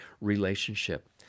relationship